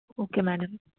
okay madam